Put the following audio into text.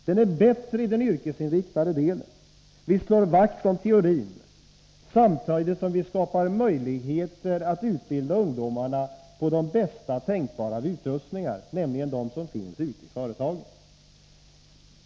Den är bättre i den yrkesinriktade delen. Vi slår vakt om teorin samtidigt som vi skapar möjligheter att utbilda ungdomarna på de bästa tänkbara av utrustningar, nämligen de som finns ute i företagen.